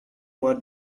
want